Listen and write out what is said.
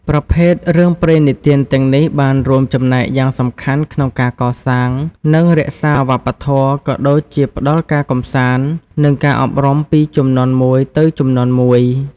ប្រភេទរឿងព្រេងនិទានទាំងនេះបានរួមចំណែកយ៉ាងសំខាន់ក្នុងការកសាង និងរក្សាវប្បធម៌ ក៏ដូចជាផ្តល់ការកម្សាន្ត និងការអប់រំពីជំនាន់មួយទៅជំនាន់មួយ ។